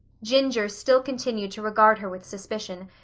ginger still continued to regard her with suspicion,